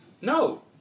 No